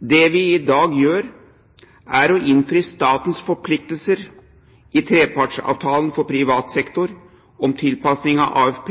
vi i dag gjør, er å innfri statens forpliktelser i trepartsavtalen for privat sektor om tilpassing av AFP